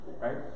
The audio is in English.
right